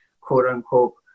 quote-unquote